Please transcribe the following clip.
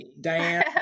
Diane